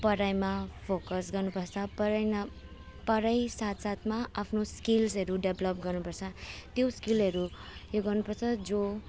पढाइमा फोकस गर्नुपर्छ पढाइमा पढाइ साथसाथमा आफ्नो स्किल्सहरू डेभ्लप गर्नुपर्छ त्यो स्किलहरू उयो गर्नुपर्छ जो